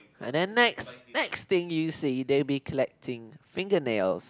and then next next things you see they will be collecting fingernails